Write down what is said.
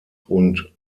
und